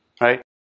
right